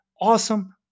awesome